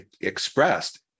expressed